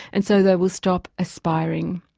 and so they will stop aspiring,